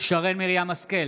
שרן מרים השכל,